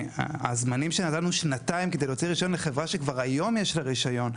הזמנים שנתנו שנתיים להוציא רישיון לחברה שכבר היום יש לה רישיון,